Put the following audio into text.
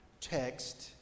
text